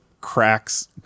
cracks